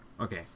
okay